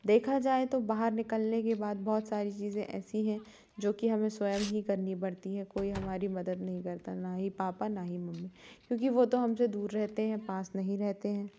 देखा जाए तो बाहर निकलने के बाद बहुत सारी चीज़ें ऐसी हैं जो कि हमें स्वयं ही करनी पड़ती है कोई हमारी मदद नहीं करता ना ही पापा ना ही मम्मी क्योंकि वो तो हमसे दूर रहते हैं पास नहीं रहते हैं